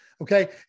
okay